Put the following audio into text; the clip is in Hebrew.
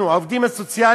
אנחנו, העובדים הסוציאליים,